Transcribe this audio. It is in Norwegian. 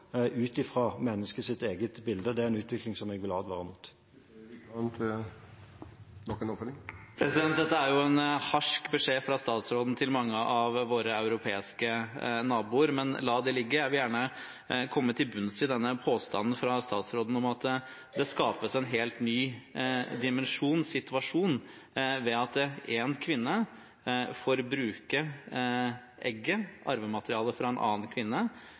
eget bilde. Det er en utvikling som jeg vil advare mot. Dette er en harsk beskjed fra statsråden til mange av våre europeiske naboer, men la det ligge. Jeg vil gjerne komme til bunns i påstanden fra statsråden om at det skapes en helt ny dimensjon, situasjon, ved at en kvinne får bruke egget, arvematerialet, til en annen kvinne.